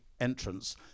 entrance